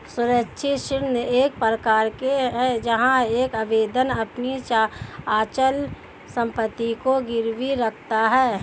सुरक्षित ऋण एक प्रकार है जहां एक आवेदक अपनी अचल संपत्ति को गिरवी रखता है